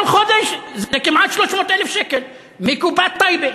כל חודש זה כמעט 300,000 שקל מקופת טייבה.